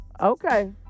Okay